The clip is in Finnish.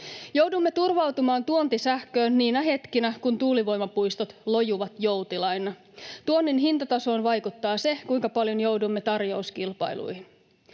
Joudumme turvautumaan tuontisähköön niinä hetkinä, kun tuulivoimapuistot lojuvat joutilaina. Tuonnin hintatasoon vaikuttaa se, kuinka paljon joudumme tarjouskilpailuihin.